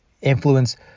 influence